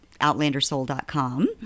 outlandersoul.com